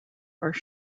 are